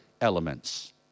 elements